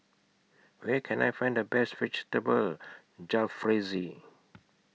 Where Can I Find The Best Vegetable Jalfrezi